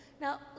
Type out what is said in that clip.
Now